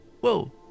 Whoa